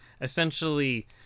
essentially